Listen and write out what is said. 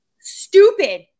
Stupid